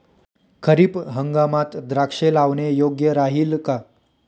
खरीप हंगामात द्राक्षे लावणे योग्य राहिल का?